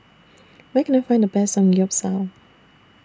Where Can I Find The Best Samgeyopsal